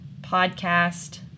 Podcast